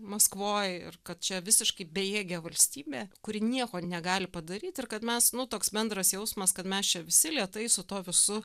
maskvoj ir kad čia visiškai bejėgė valstybė kuri nieko negali padaryt ir kad mes nu toks bendras jausmas kad mes čia visi lėtai su tuo visu